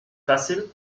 facile